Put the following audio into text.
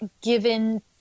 given